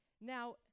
Now